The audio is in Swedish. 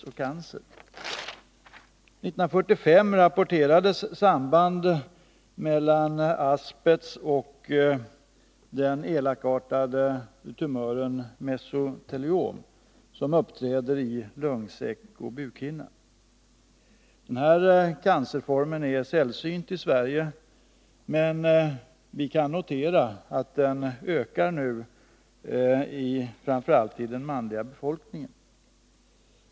År 1945 rapporterades samband mellan asbest och den elakartade tumörformen mesoteliom, som uppträder i lungsäck och bukhinna. Denna cancerform är sällsynt i Sverige, men vi kan notera att den nu ökar, framför allt inom den manliga delen av befolkningen.